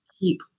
keep